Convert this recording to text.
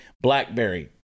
Blackberry